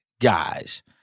guys